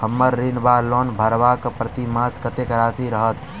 हम्मर ऋण वा लोन भरबाक प्रतिमास कत्तेक राशि रहत?